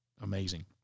amazing